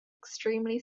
extremely